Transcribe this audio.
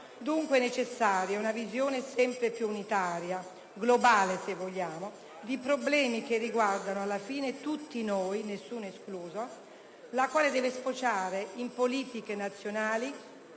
Dunque, è necessaria una visione sempre più unitaria, globale se vogliamo, di problemi che riguardano alla fine tutti noi, nessuno escluso, la quale deve sfociare in politiche nazionali